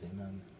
Amen